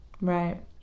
right